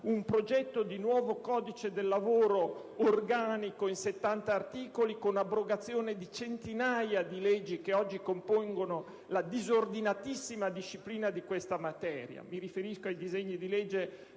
un progetto di nuovo codice del lavoro organico in 70 articoli, con abrogazione di centinaia di leggi che oggi compongono la disordinatissima disciplina di questa materia (mi riferisco ai disegni di legge